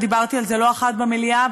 ודיברתי על זה לא אחת במליאה,